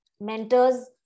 mentors